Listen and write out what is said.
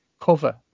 cover